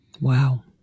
wow